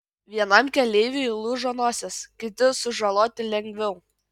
vienam keleiviui lūžo nosis kiti sužaloti lengviau